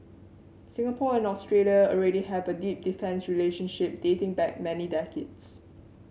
Singapore and Australia already have a deep defence relationship dating back many decades